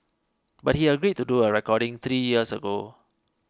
but he agreed to do a recording three years ago